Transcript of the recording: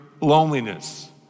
loneliness